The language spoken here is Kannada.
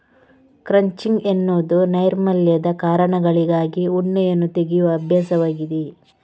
ಕ್ರಚಿಂಗ್ ಎನ್ನುವುದು ನೈರ್ಮಲ್ಯದ ಕಾರಣಗಳಿಗಾಗಿ ಉಣ್ಣೆಯನ್ನು ತೆಗೆಯುವ ಅಭ್ಯಾಸವಾಗಿದೆ